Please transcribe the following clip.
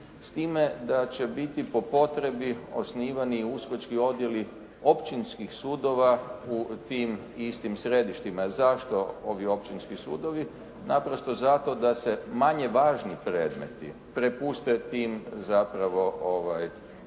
s time da će biti po potrebi osnivani i USKOK-čki odjeli općinskih sudova u tim istim središtima. Jer zašto ovi općinski sudovi? Naprosto zato da se manje važni predmeti prepuste tim zapravo nižim